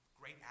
great